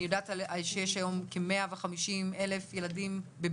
יודעת שיש היום כ-150,000 ילדים בבידוד.